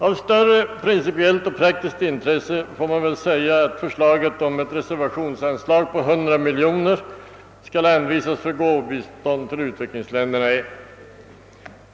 Av större principiellt och praktiskt intresse får emellertid förslaget om ett reservationsanslag på 100 miljoner kronor för gåvobistånd till utvecklingsländerna sägas vara.